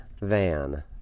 van